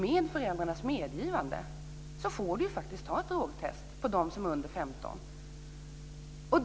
Med föräldrarnas medgivande får vi faktiskt ta ett drogtest på dem som är under 15 år.